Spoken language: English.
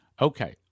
Okay